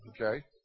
okay